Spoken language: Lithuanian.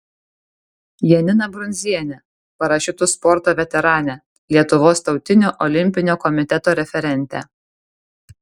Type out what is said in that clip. janiną brundzienę parašiutų sporto veteranę lietuvos tautinio olimpinio komiteto referentę